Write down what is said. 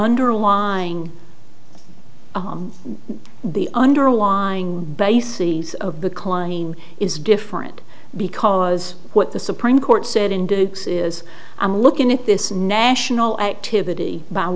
underlying the underlying bases of the klein is different because what the supreme court said in duke's is i'm looking at this national activity by